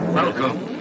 Welcome